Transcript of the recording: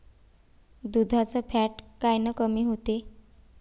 दुधाचं फॅट कायनं कमी होते?